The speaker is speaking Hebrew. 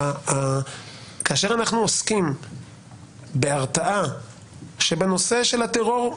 כאשר אנחנו עוסקים בהרתעה שבנושא של הטרור,